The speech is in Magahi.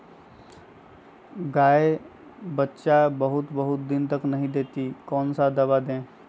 गाय बच्चा बहुत बहुत दिन तक नहीं देती कौन सा दवा दे?